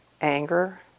anger